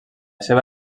seva